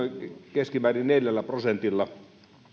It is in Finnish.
keskimäärin noin neljällä prosentilla